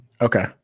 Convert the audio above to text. Okay